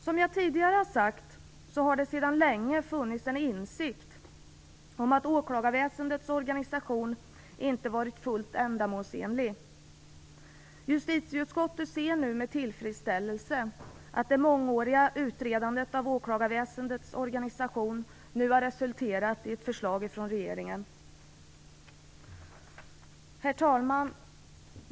Som jag tidigare sagt, har det sedan länge funnits en insikt om att åklagarväsendets organisation inte varit fullt ändamålsenlig. Justitieutskottet ser nu med tillfredsställelse att det mångåriga utredandet av åklagarväsendets organisation har resulterat i ett förslag från regeringen. Herr talman!